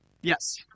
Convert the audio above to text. Yes